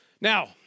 Now